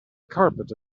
carpet